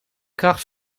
kracht